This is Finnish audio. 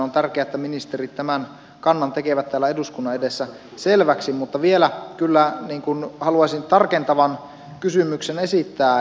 on tärkeää että ministerit tämän kannan tekevät täällä eduskunnan edessä selväksi mutta vielä kyllä haluaisin tarkentavan kysymyksen esittää